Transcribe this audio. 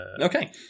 Okay